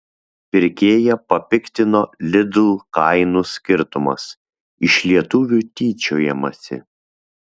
pirkėją papiktino lidl kainų skirtumas iš lietuvių tyčiojamasi